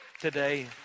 today